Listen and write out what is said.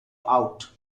out